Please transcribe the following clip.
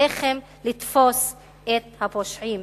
עליכם לתפוס את הפושעים.